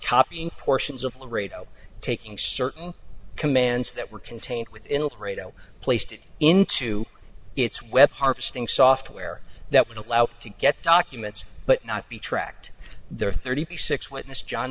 copying portions of laredo taking certain commands that were contained within a credo placed into its web harvesting software that would allow to get documents but not be tracked there thirty six witness john